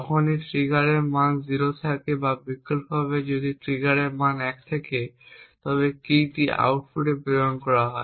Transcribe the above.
যখনই ট্রিগারটির মান 0 থাকে বা বিকল্পভাবে যদি ট্রিগারটির মান 1 থাকে তবে কীটি আউটপুটে প্রেরণ করা হয়